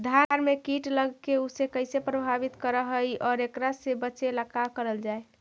धान में कीट लगके उसे कैसे प्रभावित कर हई और एकरा से बचेला का करल जाए?